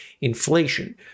inflation